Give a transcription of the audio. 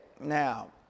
now